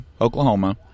Oklahoma